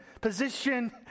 position